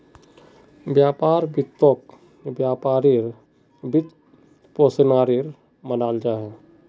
व्यापार वित्तोक व्यापारेर वित्त्पोशानेर सा मानाल जाहा